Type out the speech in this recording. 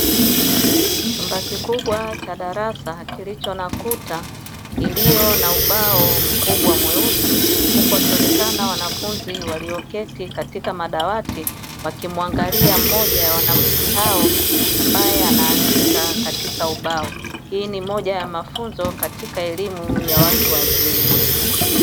Chumba kikubwa cha darasa kilicho na kuta iliyo na ubao mkubwa mweusi, huku wakionekana wanafunzi walioketi katika madawati wakimuangalia mmoja wa wanafunzi hao ambaye anaandika katika ubao, hii ni moja ya mafunzo katika elimu ya watu wazima.